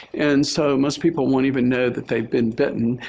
and so most people won't even know that they've been bitten,